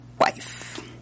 wife